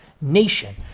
nation